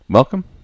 Welcome